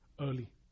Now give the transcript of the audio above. early